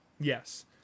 Yes